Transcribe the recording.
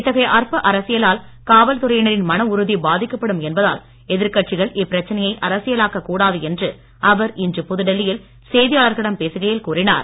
இத்தகைய அற்ப அரசியலால் காவல்துறையினரின் மன உறுதி பாதிக்கப்படும் என்பதால் எதிர்கட்சிகள் இப்பிரச்சனையை அரசியலாக்க கூடாது என்று அவர் இன்று புதுடெல்லியில் செய்தியாளர்களிடம் பேசுகையில் கூறினார்